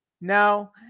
No